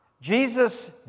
Jesus